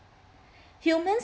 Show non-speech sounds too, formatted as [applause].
[breath] humans